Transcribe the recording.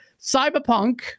Cyberpunk